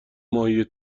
ماهی